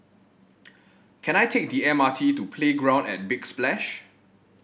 can I take the M R T to Playground at Big Splash